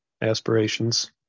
aspirations